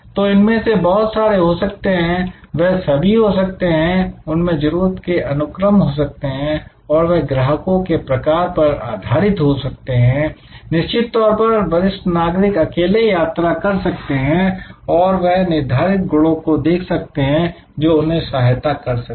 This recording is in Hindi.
तो इनमें से बहुत सारे हो सकते हैं वह सभी हो सकते हैं उनमें जरूरत के अनुक्रम हो सकते हैं और वह ग्राहकों के प्रकार पर आधारित हो सकते हैं निश्चित तौर पर वरिष्ठ नागरिक अकेले यात्रा कर सकते हैं और वह निर्धारित गुणों को देख सकते हैं जो उन्हें सहायता कर सकें